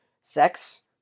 sex